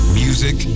music